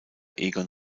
egon